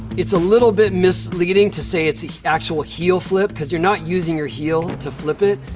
it's a little bit misleading to say it's a actual heel flip cause you're not using your heel to flip it.